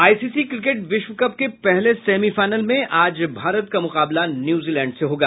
ICC cricket विश्व cup के पहले सेमीफाइनल में आज भारत का मुकाबला न्यूजीलैंड से होगा